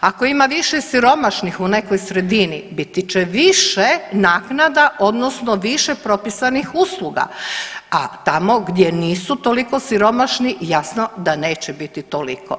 Ako ima više siromašnih u nekoj sredini biti će više naknada odnosno više propisanih usluga, a tamo gdje nisu toliko siromašni jasno da neće biti toliko.